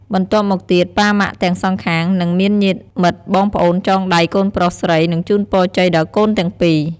បន្ទាប់់មកទៀតប៉ាម៉ាក់ទាំងសងខាង និងមានញាតិមិត្តបងប្អូនចងដៃកូនប្រុសស្រី និងជូនពរជ័យដល់កូនទាំងពីរ។